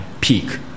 peak